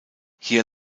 hier